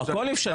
הכול אפשרי,